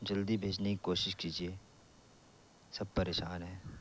جلدی بھیجنے کی کوشش کیجیے سب پریشان ہیں